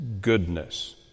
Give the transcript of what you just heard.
goodness